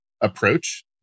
approach